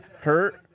hurt